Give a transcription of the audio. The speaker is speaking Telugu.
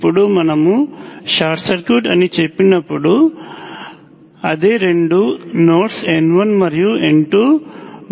ఇప్పుడు మనము షార్ట్ సర్క్యూట్ అని చెప్పినప్పుడు అది ఈ రెండు నోడ్స్ n1 మరియు n2